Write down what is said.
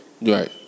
Right